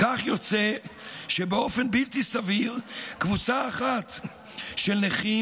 כך יוצא שבאופן בלתי סביר קבוצה אחת של נכים